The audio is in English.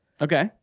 Okay